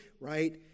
right